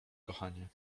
kochanie